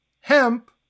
hemp